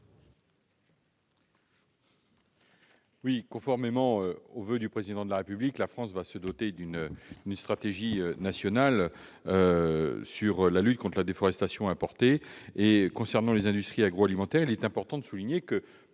? Conformément aux voeux du Président de la République, la France va se doter d'une stratégie nationale de lutte contre la déforestation importée. Concernant les industries agroalimentaires, il est important de souligner que